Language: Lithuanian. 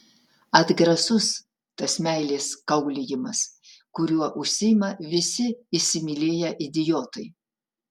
atgrasus tas meilės kaulijimas kuriuo užsiima visi įsimylėję idiotai